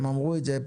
הם אמרו את זה,